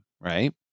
right